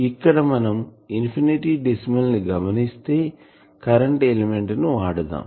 ఇక్కడ మనం infinite decimal ని గమనిస్తే కరెంటు ఎలిమెంట్ ని వాడుతాం